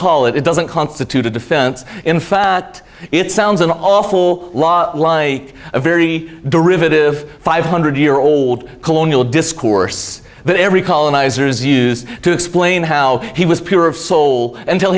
call it it doesn't constitute a defense in fact it sounds an awful lot like a very derivative five hundred year old colonial discourse that every colonizers use to explain how he was pure of soul until